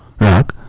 work